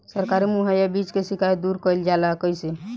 सरकारी मुहैया बीज के शिकायत दूर कईल जाला कईसे?